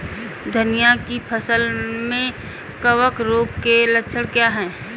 धनिया की फसल में कवक रोग के लक्षण क्या है?